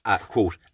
quote